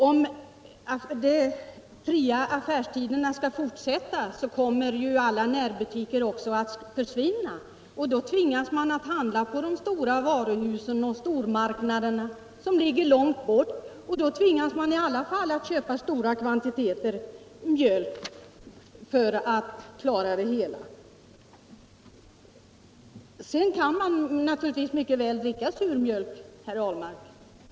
Om de fria affärstiderna skall fortsätta kommer alla närbutiker att försvinna. Då tvingas man i alla fall att handla på de stora varuhusen och stormarknaderna som ligger långt bort och att köpa stora kvantiteter mjölk för att klara det hela. Man kan, herr Ahlmark, naturligtvis mycket väl dricka sur mjölk.